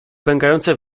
pękające